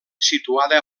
situada